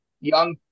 young